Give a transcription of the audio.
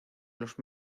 los